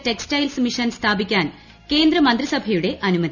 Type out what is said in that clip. textiles mission സ്ഥാപിക്കാൻ കേന്ദ്ര മന്ത്രിസഭയുടെ അനുമതി